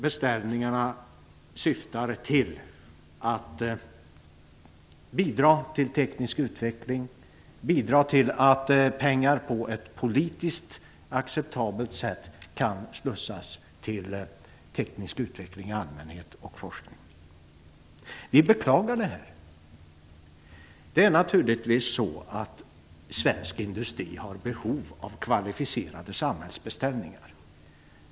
Beställningarna syftar till att bidra till en teknisk utveckling och till att pengar på ett politiskt acceptabelt sätt kan slussas över till teknisk utveckling i allmänhet samt till forskning. Vi beklagar det här. Det är naturligtvis så att svensk industri har behov av kvalificerade samhällsbeställningar.